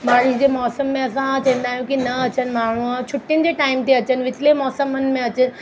बारिश जे मौसम में असां चवंदा आहियूं की न अचनि माण्हू ऐं छुटियुनि जे टाइम ते अचनि विचले मौसमनि में अचे